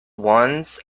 once